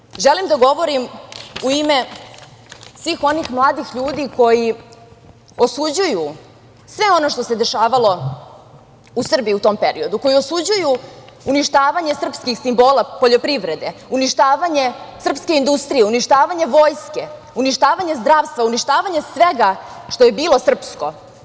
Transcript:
Ja danas želim da govorim u ime svih onih mladih ljudi koji osuđuju sve ono što se dešavalo u Srbiji u tom periodu, koji osuđuju uništavanje srpskih simbola poljoprivrede, uništavanje srpske industrije, uništavanje vojske, uništavanje zdravstva, uništavanje svega što je bilo srpsko.